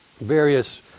various